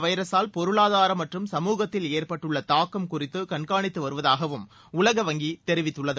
வைரசால் பொருளாதாரம் மற்றும் சமூகத்தில் ஏற்பட்டுள்ள தாக்கம் இந்த குறித்து கண்காணித்துவருவதாகவும் உலகவங்கி தெரிவித்துள்ளது